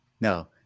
No